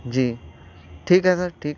جی ٹھیک ہے سر ٹھیک